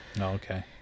okay